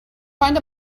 find